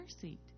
seat